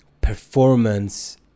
performance